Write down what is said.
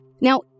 Now